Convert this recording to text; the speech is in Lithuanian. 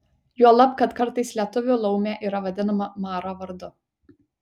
juolab kad kartais lietuvių laumė yra vadinama mara vardu